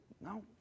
No